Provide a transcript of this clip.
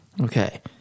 okay